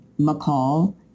McCall